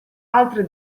altri